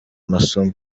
masomo